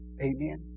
Amen